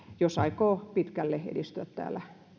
jos aikoo pitkälle edistyä täällä